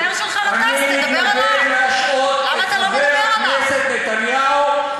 החבר שלך גטאס, תדבר עליו, למה אתה לא מדבר עליו?